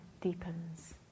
deepens